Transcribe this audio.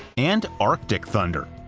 and arctic thunder.